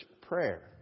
prayer